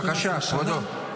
בבקשה, כבודו.